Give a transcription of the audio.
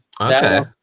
Okay